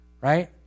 Right